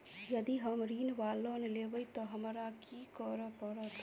यदि हम ऋण वा लोन लेबै तऽ हमरा की करऽ पड़त?